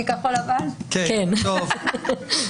ברור לנו שכרגע אין פה התנהלות רגילה.